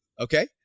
okay